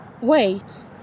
Wait